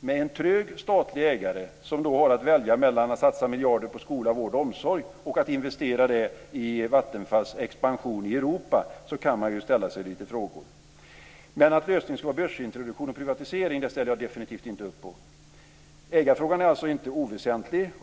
Med en trög statlig ägare som har att välja mellan att satsa miljarder på skola, vård och omsorg och att investera i Vattenfalls expansion i Europa kan man ju ställa sig lite frågor. Men att lösningen skulle vara börsintroduktion och privatisering ställer jag definitivt inte upp på. Ägarfrågan är alltså inte oväsentlig.